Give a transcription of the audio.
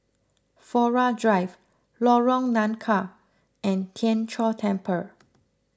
Flora Drive Lorong Nangka and Tien Chor Temple